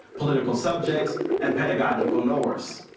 political subjects and pedagogical knowers.